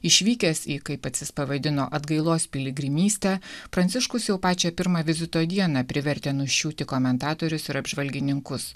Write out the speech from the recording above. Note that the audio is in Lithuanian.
išvykęs į kai pats jis pavaidino atgailos piligrimystę pranciškus jau pačią pirmą vizito dieną privertė nuščiūti komentatorius ir apžvalgininkus